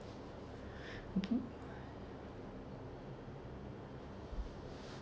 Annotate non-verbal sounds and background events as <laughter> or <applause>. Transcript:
<noise>